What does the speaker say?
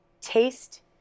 taste